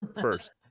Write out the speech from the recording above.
first